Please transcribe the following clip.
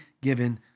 given